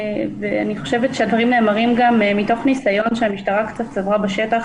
ואני חושבת שהדברים נאמרים גם מתוך ניסיון שהמשטרה קצת צברה בשטח